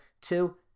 Two